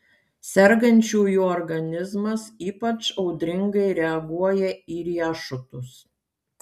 sergančiųjų organizmas ypač audringai reaguoja į riešutus